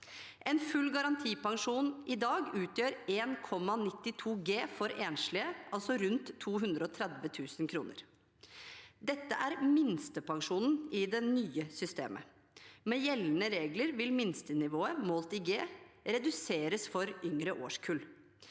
En full garantipensjon i dag utgjør 1,92 G for enslige, altså rundt 230 000 kr. Dette er minstepensjonen i det nye systemet. Med gjeldende regler vil minstenivået, målt i G, reduseres for yngre årskull.